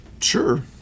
Sure